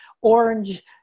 orange